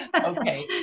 Okay